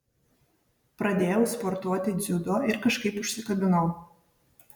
pradėjau sportuoti dziudo ir kažkaip užsikabinau